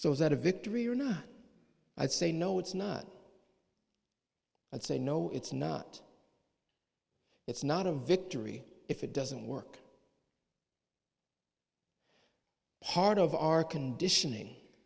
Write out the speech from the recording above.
so that a victory or not i'd say no it's not that's a no it's not it's not a victory if it doesn't work part of our conditioning